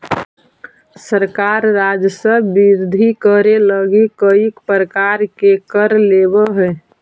सरकार राजस्व वृद्धि करे लगी कईक प्रकार के कर लेवऽ हई